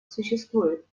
существует